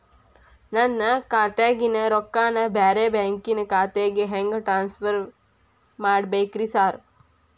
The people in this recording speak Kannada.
ನನ್ನ ಖಾತ್ಯಾಗಿನ ರೊಕ್ಕಾನ ಬ್ಯಾರೆ ಬ್ಯಾಂಕಿನ ಖಾತೆಗೆ ಹೆಂಗ್ ಟ್ರಾನ್ಸ್ ಪರ್ ಮಾಡ್ಬೇಕ್ರಿ ಸಾರ್?